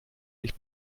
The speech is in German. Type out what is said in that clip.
nicht